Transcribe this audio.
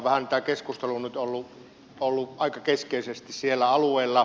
tämä keskustelu on nyt ollut aika keskeisesti siellä alueella